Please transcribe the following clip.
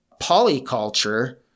polyculture